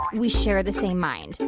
we share the same mind.